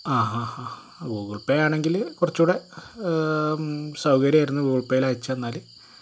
ആ ഹാ ഹ ഗൂഗിൽ പേ ആണെങ്കിൽ കുറച്ചും കൂടി സൗകര്യമായിരുന്നു ഗൂഗിൾ പേയ്യിൽ അയച്ചു തന്നാൽ